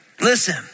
Listen